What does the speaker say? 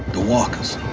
the walkers